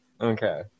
Okay